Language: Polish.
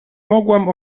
mogłam